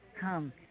come